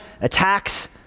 attacks